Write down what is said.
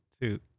two